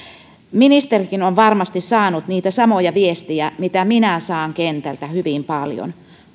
ministerikin on varmasti saanut niitä samoja viestejä kuin minä saan kentältä hyvin paljon